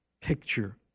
picture